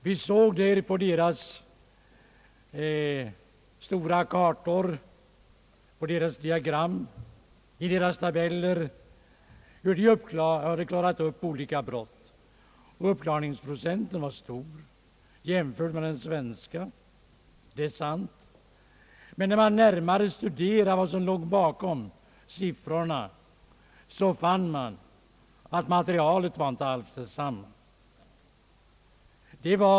Vi såg där stora kartor, diagram och tabeller över hur de hade klarat upp olika brott. Uppklaringsprocenten var stor om man jämför med den svenska, det är sant. Men när vi närmare studerade vad som låg bakom siffrorna fann vi att materialet inte alls var detsamma.